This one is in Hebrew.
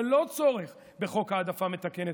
ללא צורך בחוק העדפה מתקנת.